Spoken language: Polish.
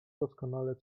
doskonale